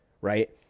right